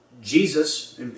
Jesus